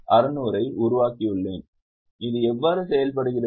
கொள்முதல் எவ்வளவு என்று நமக்கு தெரியாது